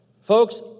Folks